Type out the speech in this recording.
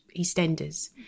EastEnders